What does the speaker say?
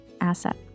asset